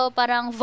parang